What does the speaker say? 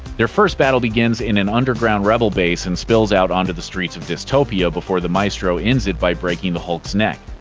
their first battle begins in an underground rebel base and spills out onto the streets of dystopia before the maestro ends it by breaking the hulk's neck.